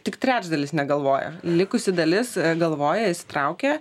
tik trečdalis negalvoja likusi dalis galvoja įsitraukę